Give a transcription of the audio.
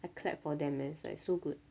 I clap for them eh it's like so good